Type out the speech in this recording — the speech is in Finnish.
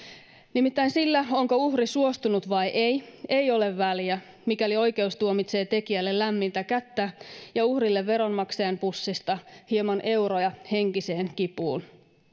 nimittäin sillä onko uhri suostunut vai ei ei ole väliä mikäli oikeus tuomitsee tekijälle lämmintä kättä ja uhrille veronmaksajan pussista hieman euroja henkiseen kipuun